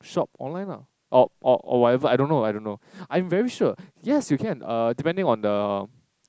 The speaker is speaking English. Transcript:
shop online lah or or whatever I don't know I don't know I'm very sure yes you can uh depending on the